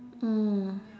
mm